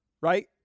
right